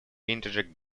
integer